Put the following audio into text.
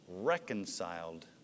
reconciled